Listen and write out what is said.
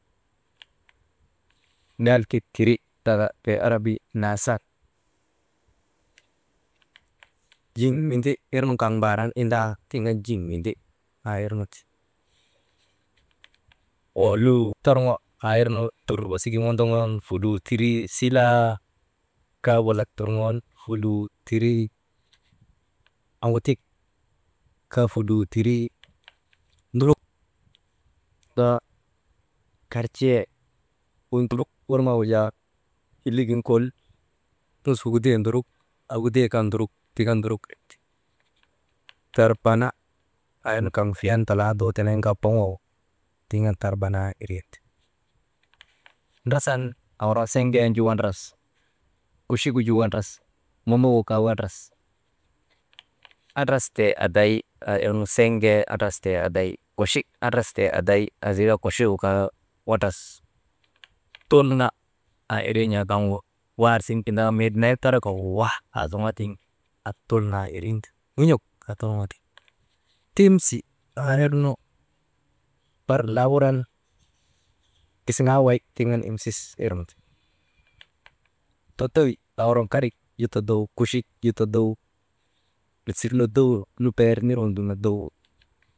Ŋalkik tiri da bee arabi nahasan, jiŋ mindi irnu kaŋ mbaar an indaa tiŋ an jiŋ mindi aa irnu ti, wo luu torŋo aa irnu dur wasigin wondoŋoonu fuluu tirii, silaa walak turŋon fuluu tirii, aŋugutik kaa fuluu tirii aŋutik kaa fuluu tirii, ndurut daa kartie, wu nduruk worŋogu jaa hillek gin kol nus wigidey nduruk, awidey kaa nduruk tik an nduruk irgu ti, tarbana aa worŋonu kaŋgu fiyan talaa nduu tenen kaa boŋoo tiŋ an tarbanaa irin ti, ndrasan aaworŋon seŋgen ju wandras, kuchik gu ju wandars momok gu kaa wandras, andrastee aday aa irnu siŋgee andrastee aday, kuchik andrastee aday, azii kaa kuchigu kaa wandras tulna aa irin jaa kaŋgu warsiŋen gindika mii tindagin taraka wah aa zoŋoo tiŋ an tulnaa irin ti mun̰ok aa torŋoo tiŋ. Timsi aa worŋoonu bar laa wuran gisiŋaa wayik tiŋ an imsis nu ti, todowi aa worŋogu karik ju todow, kuchik ju todoy lutisii nodow beer nir nu dum nodow.